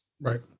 Right